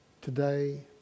Today